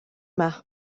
yma